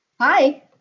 Hi